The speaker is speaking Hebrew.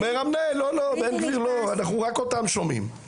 אומר המנהל, בן גביר לא, אנחנו רק אותם שומעים.